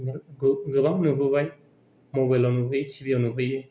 गोबां नुबोबाय मबाइलाव नुबोयो टि बिआव नुबोयो